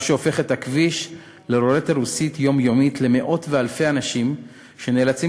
מה שהופך את הכביש לרולטה רוסית יומיומית למאות ואלפי אנשים שנאלצים